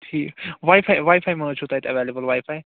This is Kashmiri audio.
ٹھیٖک واے فاے واے فاے ما حظ چھُ تَتہِ ایٚولیبٕل واے فاے